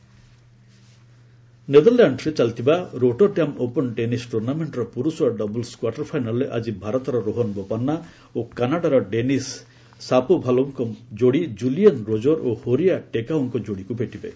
tennis ନେଦରଲ୍ୟାଣ୍ଡସରେ ଚାଲିଥିବା Rotterdam open tennis ଟୁର୍ଣ୍ଣାମେଣ୍ଟର ପୁରୁଷ ଡବଲ୍ୱ କ୍ୱାର୍ଟରଫାଇନାଲରେ ଆକି ଭାରତର ରୋହନ ବୋପାନ୍ନା ଓ କାନାଡାର ଡେନିସ୍ ସାପୋଭାଲୋଭଙ୍କ ଯୋଡ଼ି ଜୁଲିଏନ୍ ରୋଜର ଓ ହୋରିଆ ଟେକାଉଙ୍କ ଯୋଡ଼ିକୁ ଭେଟିବେ